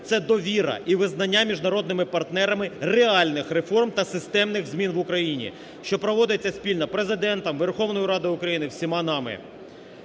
це довіра і визнання міжнародними партнерами реальних реформ та системних змін в Україні, що проводиться спільно Президентом, Верховною Радою і всіма нами.